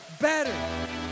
better